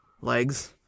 legs